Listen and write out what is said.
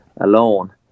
alone